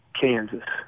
Kansas